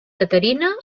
caterina